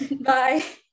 Bye